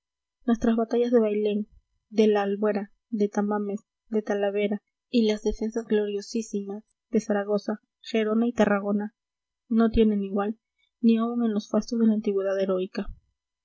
nuestras batallas de bailén de la albuera de tamames de talavera y las defensas gloriosísimas de zaragoza gerona y tarragona no tienen igual ni aun en los fastos de la antigüedad heroica